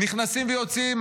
נכנסים ויוצאים,